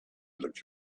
looked